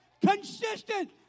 consistent